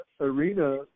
arena